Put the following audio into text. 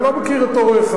אני לא מכיר את הוריך.